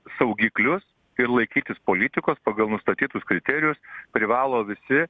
saugiklius ir laikytis politikos pagal nustatytus kriterijus privalo visi